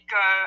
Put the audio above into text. go